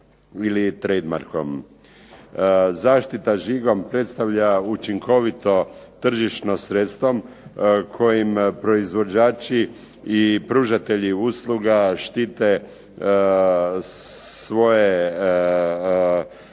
ili trade markom. Zaštita žigom predstavlja učinkovito tržišno sredstvo kojim proizvođači i pružatelji usluga štite svoje